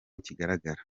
kigaragara